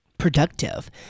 productive